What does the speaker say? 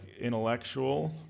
intellectual